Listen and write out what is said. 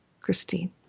Christine